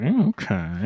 Okay